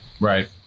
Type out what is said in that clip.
Right